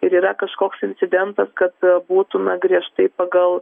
ir yra kažkoks incidentas kad būtų na griežtai pagal